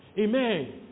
Amen